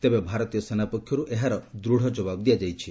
ତେବେ ଭାରତୀୟ ସେନା ପକ୍ଷରୁ ଏହାର ଦୃଢ଼ ଜବାବ ଦିଆଯାଇଛି